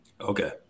okay